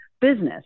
business